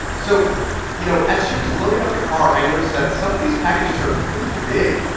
so you know, as she was loading up the car, i noticed that some of these packages are pretty big.